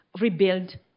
rebuild